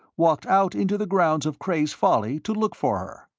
walked out into the grounds of cray's folly to look for her.